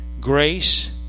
grace